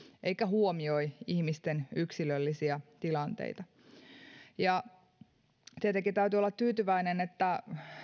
eikä huomioi ihmisten yksilöllisiä tilanteita tietenkin täytyy olla tyytyväinen että